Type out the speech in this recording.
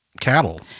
cattle